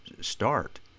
start